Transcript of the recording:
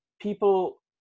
people